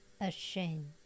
ashamed